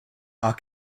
are